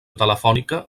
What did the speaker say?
telefònica